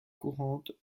courante